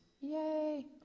Yay